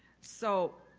so,